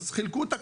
אז חילקו את הכפר.